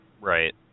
Right